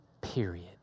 Period